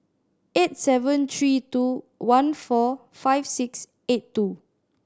eight seven three two one four five six eight two